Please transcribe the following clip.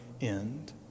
end